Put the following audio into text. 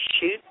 shoot